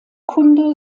kunde